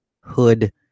hood